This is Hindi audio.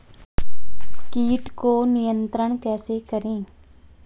कीट को नियंत्रण कैसे करें?